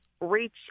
reach